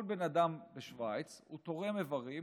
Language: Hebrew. כל בן אדם בשווייץ הוא תורם איברים